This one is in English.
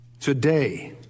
today